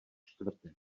čtvrtek